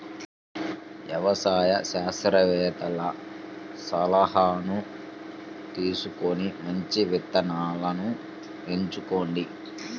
వ్యవసాయ శాస్త్రవేత్తల సలాహాను తీసుకొని మంచి విత్తనాలను ఎంచుకోండి